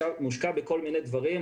מושקע בכל מיני דברים,